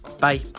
Bye